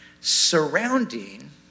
surrounding